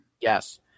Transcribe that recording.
Yes